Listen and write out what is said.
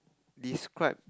describe